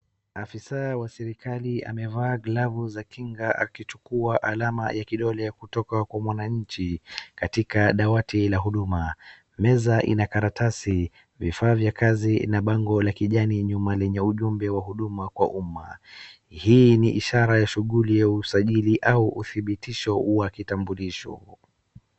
Afisaa waserikali amevaa glavu za kinga akichukua laama ya kidole kutoka kwa mwananchi katika dawati la huduma. Meza ina karatasi, vifaa vya kazi na bango la kijani nyuma lenye ujumbe huduma kwa umma. Hii ni ishara ya shughuli ya usajili au udhibitisho wa kitambulisho.